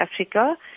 Africa